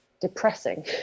depressing